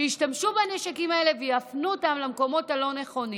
שאנשים ישתמשו בנשקים האלה ויפנו אותם למקומות הלא-נכונים.